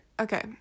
okay